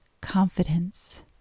confidence